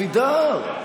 אבידר.